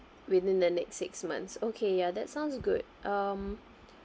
within the next six months okay ya that sounds good mm